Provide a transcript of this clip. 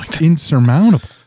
insurmountable